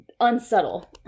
unsubtle